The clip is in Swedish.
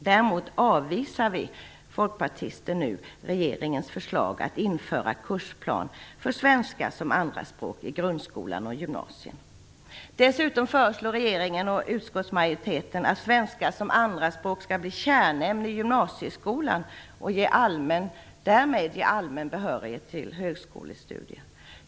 Däremot avvisar vi folkpartister nu regeringens förslag att införa kursplan för svenska som andraspråk i grundskolan och gymnasiet. Dessutom föreslår regeringen och utskottsmajoriteten att svenska som andraspråk skall bli kärnämne i gymnasieskolan och därmed ge allmän behörighet till högskolestudier.